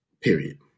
period